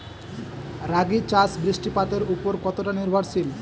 রাগী চাষ বৃষ্টিপাতের ওপর কতটা নির্ভরশীল?